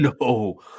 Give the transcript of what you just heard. no